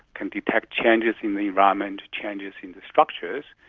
can detect changes in the environment, changes in the structures,